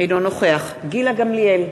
אינו נוכח גילה גמליאל,